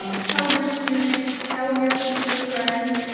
um tell your students, tell your teacher friends,